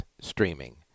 streaming